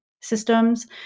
systems